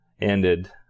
ended